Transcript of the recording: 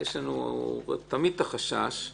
יש לנו תמיד החשש